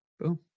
boom